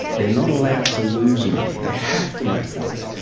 they're not allowed to lose money. they have to make money.